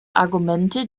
argumente